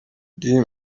jim